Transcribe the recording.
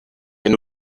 wenn